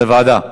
לוועדה.